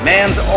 Man's